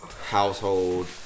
household